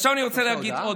תן לי עכשיו להמשיך.